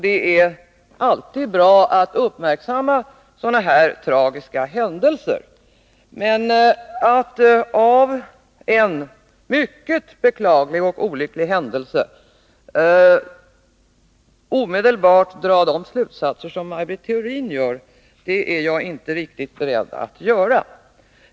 Det är alltid bra att uppmärksamma sådana tragiska händelser. Men att av en — mycket beklaglig och olycklig — händelse omedelbart dra de slutsatser som Maj Britt Theorin gör är jag inte riktigt beredd till.